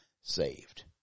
saved